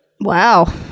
Wow